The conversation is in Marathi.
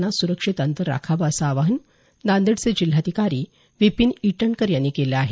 यावेळी सुरक्षित अंतर राखावं असं आवाहन नांदेडचे जिल्हाधिकारी विपीन ईटनकर यांनी केलं आहे